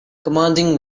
commanding